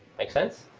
make sense?